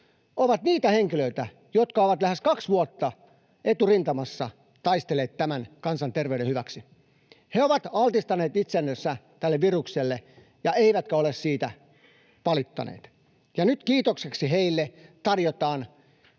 ovat niitä henkilöitä, jotka ovat lähes kaksi vuotta eturintamassa taistelleet tämän kansan terveyden hyväksi. He ovat altistaneet itsensä tälle virukselle eivätkä ole siitä valittaneet, ja nyt kiitokseksi heille tarjotaan